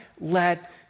let